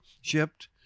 Shipped